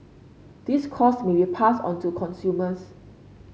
these costs may be passed on to consumers